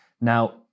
Now